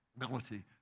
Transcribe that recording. ability